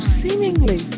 seemingly